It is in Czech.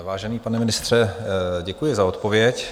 Vážený pane ministře, děkuji za odpověď.